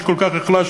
שכל כך החלשנו,